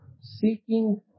seeking